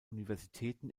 universitäten